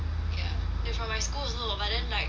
ya eh but my school also but then like